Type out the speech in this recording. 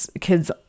kids